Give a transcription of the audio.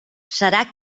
serà